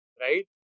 right